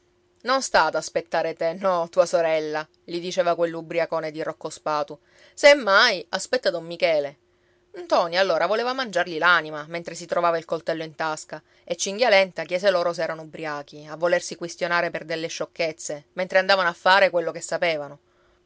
non sta ad aspettar te no tua sorella gli diceva quell'ubbriacone di rocco spatu se mai aspetta don michele ntoni allora voleva mangiargli l'anima mentre si trovava il coltello in tasca e cinghialenta chiese loro se erano ubbriachi a volersi quistionare per delle sciocchezze mentre andavano a fare quello che sapevano